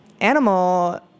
animal-